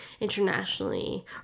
internationally